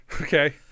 Okay